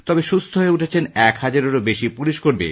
তবে সুস্থ হয়ে উঠেছেন এক হাজারেরও বেশি পুলিশ কর্মী